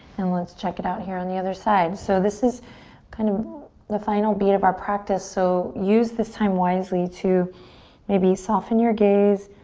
and let's check it out here on the other side. so this is kind of the final beat of our practice so use this time wisely to maybe soften your gaze.